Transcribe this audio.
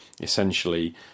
essentially